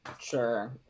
sure